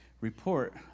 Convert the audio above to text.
report